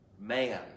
man